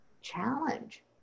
challenge